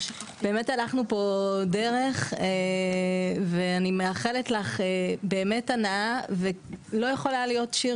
הלכנו פה דרך ואני מאחלת לך הנאה ולא יכול להיות שיר